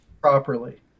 properly